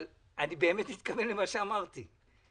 אבל אני באמת מתכוון למה שאמרתי.